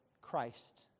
Christ